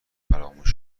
فراموش